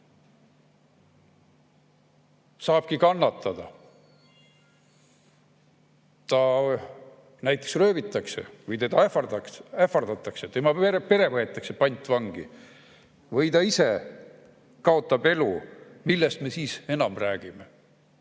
saabki kannatada, ta näiteks röövitakse või teda ähvardatakse, tema pere võetakse pantvangi või ta ise kaotab elu – millest me siis enam räägime?